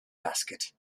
basket